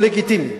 והוא לגיטימי.